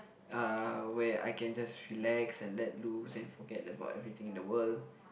uh where I can just relax and let loose and forget about everything in the world